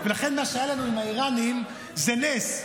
ולכן מה שהיה לנו האיראנים זה נס,